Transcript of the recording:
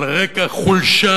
על רקע חולשה